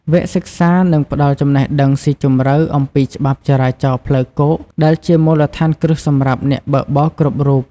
វគ្គសិក្សានឹងផ្ដល់ចំណេះដឹងស៊ីជម្រៅអំពីច្បាប់ចរាចរណ៍ផ្លូវគោក ដែលជាមូលដ្ឋានគ្រឹះសម្រាប់អ្នកបើកបរគ្រប់រូប។